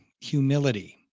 humility